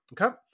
okay